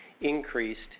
increased